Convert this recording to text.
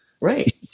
Right